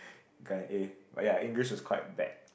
got an A oh ya English was quite bad